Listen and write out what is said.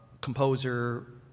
composer